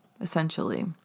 essentially